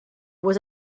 was